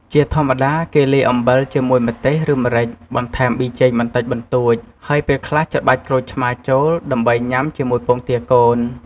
ជាធម្មតា គេលាយអំបិលជាមួយម្ទេស ឬម្រេច បន្ថែមប៊ីចេងបន្តិចបន្តួច ហើយពេលខ្លះច្របាច់ក្រូចឆ្មារចូល ដើម្បីញុំាជាមួយពងទាកូន។